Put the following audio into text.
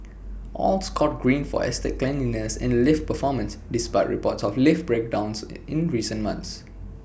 all scored green for estate cleanliness and lift performance despite reports of lift breakdowns in recent months